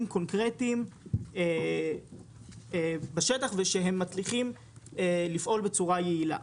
קונקרטיים בשטח ושהם מצליחים לפעול בצורה יעילה.